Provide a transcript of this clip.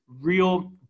real